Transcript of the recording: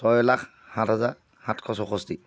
ছয় লাখ সাত হাজাৰ সাতশ চৌষষ্ঠি